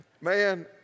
Man